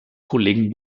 kollegen